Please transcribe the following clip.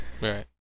Right